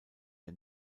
der